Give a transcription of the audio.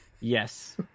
Yes